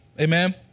Amen